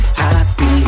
happy